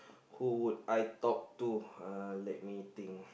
who would I talk to uh let me think